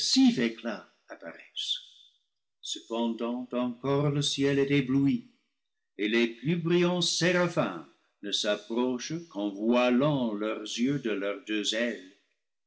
cependant encore le ciel est ébloui et les plus brillants séraphins ne s'approchent qu'en voilant leurs yeux de leurs